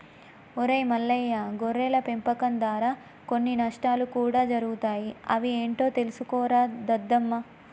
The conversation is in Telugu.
ఒరై మల్లయ్య గొర్రెల పెంపకం దారా కొన్ని నష్టాలు కూడా జరుగుతాయి అవి ఏంటో తెలుసుకోరా దద్దమ్మ